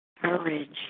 courage